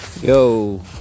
Yo